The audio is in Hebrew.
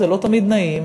זה לא תמיד נעים,